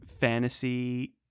fantasy